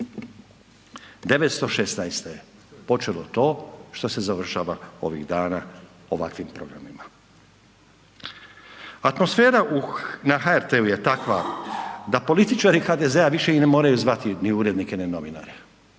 1916. je počelo to što se završava ovih dana ovakvim programima. Atmosfera na HRT-u je takva da političari HDZ-a više i ne moraju zvati ni urednike ni novinare,